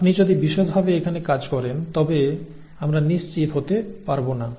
আপনি যদি বিশদভাবে এখানে কাজ করেন তবে আমরা নিশ্চিত হতে পারব না